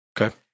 Okay